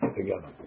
together